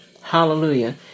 Hallelujah